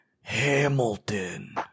Hamilton